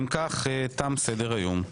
אם כך, תם סדר-היום.